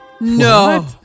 No